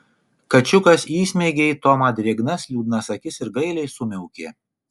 kačiukas įsmeigė į tomą drėgnas liūdnas akis ir gailiai sumiaukė